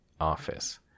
office